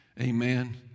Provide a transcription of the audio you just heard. Amen